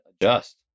adjust